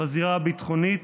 בזירה הביטחונית.